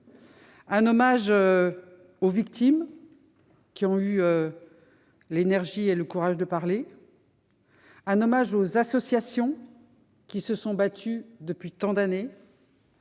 un hommage aux victimes qui ont eu l'énergie et le courage de parler, un hommage aux associations qui se sont battues depuis tant d'années,